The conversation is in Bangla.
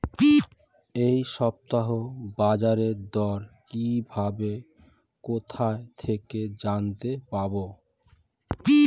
এই সপ্তাহের বাজারদর কিভাবে কোথা থেকে জানতে পারবো?